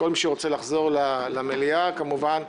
כל מי שרוצה לחזור לוועדה כדי להצביע,